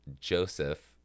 Joseph